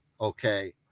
Okay